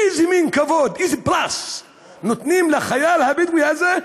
איזה מין כבוד, איזה פרס נותנים לחייל הבדואי הזה,